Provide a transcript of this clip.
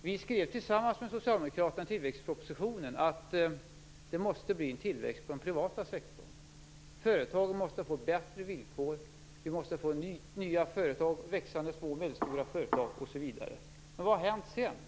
Vi skrev tillsammans med Socialdemokraterna i tillväxtpropositionen att det måste bli en tillväxt på den privata sektorn, att företagen måste få bättre villkor, att vi måste få nya företag, växande små och medelstora företag osv. Men vad har hänt sedan?